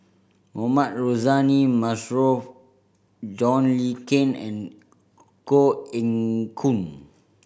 Mohamed Rozani Maarof John Le Cain and Koh Eng Hoon